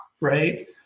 right